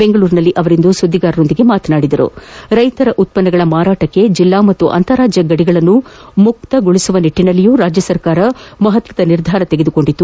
ಬೆಂಗಳೂರಿನಲ್ಲಿಂದು ಸುದ್ದಿಗಾರರೊಂದಿಗೆ ಮಾತನಾಡಿದ ಅವರು ರೈತರ ಉತ್ತನ್ನಗಳ ಮಾರಾಟಕ್ಕೆ ಜಿಲ್ಲಾ ಮತ್ತು ಅಂತಾರಾಜ್ಯ ಗಡಿಗಳನ್ನು ಮುಕ್ತಗೊಳಿಸುವ ನಿಟ್ಟನಲ್ಲಿಯೂ ರಾಜ್ಯ ಸರ್ಕಾರ ಮಹತ್ತದ ನಿರ್ಧಾರ ತೆಗೆದುಕೊಂಡಿದೆ